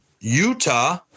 Utah